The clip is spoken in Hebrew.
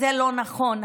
זה לא נכון.